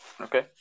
Okay